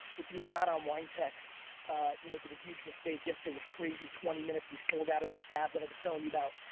if you are not on winetext, you're making a huge mistake. yesterday was crazy. twenty minutes we sold out of that cab that i was telling you about.